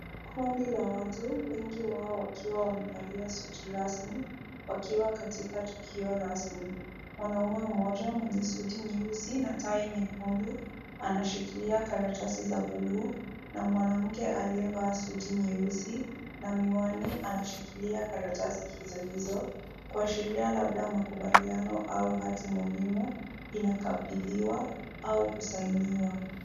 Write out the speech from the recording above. Kundi la watu, wengi wao wakiwa wamevalia suti rasmi, wakiwa katika tukio rasmi, mwanamume mmoja mwenye suti nyeusi na tai nyekundu anashikilia karatasi za bluu, na mwanamke aliyevaa suti nyeusi na miwani anashikilia karatasi hizo hizo kuashiria labda makubaliano au hati muhimu inakabidhiwa au kusainiwa.